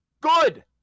Good